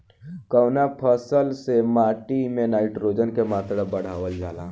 कवना फसल से माटी में नाइट्रोजन के मात्रा बढ़ावल जाला?